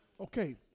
Okay